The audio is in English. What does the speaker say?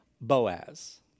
Boaz